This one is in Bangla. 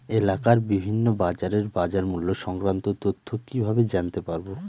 এলাকার বিভিন্ন বাজারের বাজারমূল্য সংক্রান্ত তথ্য কিভাবে জানতে পারব?